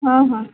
हां हां